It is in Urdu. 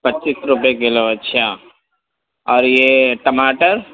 پچیس روپئے کلو اچھا اور یہ ٹماٹر